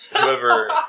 whoever